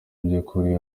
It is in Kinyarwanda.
by’ukuri